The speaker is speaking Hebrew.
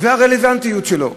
והרלוונטיות שלו.